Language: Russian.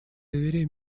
доверие